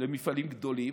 למפעלים גדולים,